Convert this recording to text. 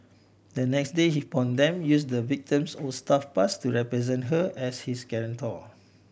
the next day he pawn them use the victim's old staff pass to represent her as his guarantor